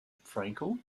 frankel